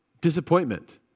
disappointment